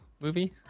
movie